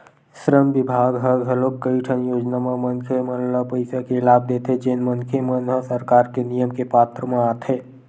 श्रम बिभाग ह घलोक कइठन योजना म मनखे मन ल पइसा के लाभ देथे जेन मनखे मन ह सरकार के नियम के पात्र म आथे